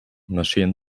marschieren